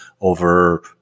over